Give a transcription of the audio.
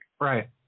Right